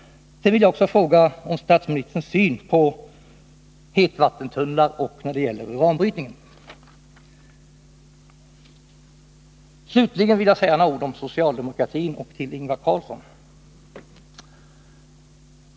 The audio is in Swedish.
Slutligen vill jag säga några ord till Ingvar Carlsson om socialdemokratin.